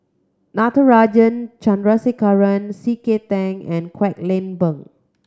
Natarajan Chandrasekaran C K Tang and Kwek Leng Beng